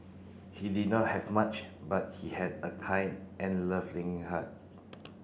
he did not have much but he had a kind and loving heart